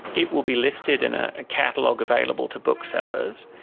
it will be listed in a catalogue available to booksellers,